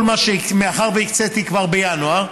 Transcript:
מאחר שהקציתי כבר בינואר,